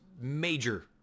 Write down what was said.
major